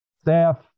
staff